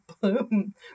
Bloom